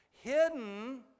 Hidden